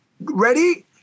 ready